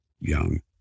young